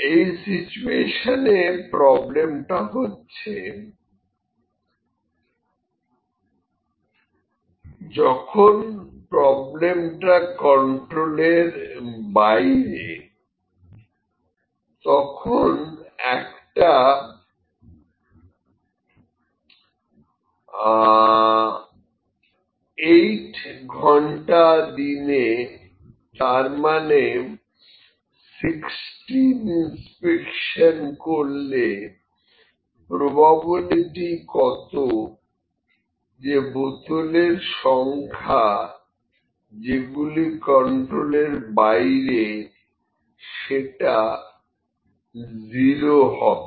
এই সিচুয়েশনে প্রবলেমটা হচ্ছে a যখন প্রবলেমটা কন্ট্রোলের বাইরে তখন একটা 8 ঘন্টা দিনে তারমানে 16 ইনস্পেকশন করলে প্রবাবিলিটি কত যে বোতলের সংখ্যা যেগুলি কন্ট্রোলের বাইরে সেটা 0 হবে